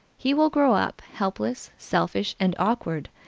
he will grow up helpless, selfish and awkward,